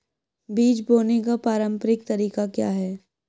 बीज बोने का पारंपरिक तरीका क्या है?